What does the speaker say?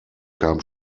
kam